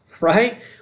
right